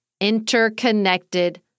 interconnected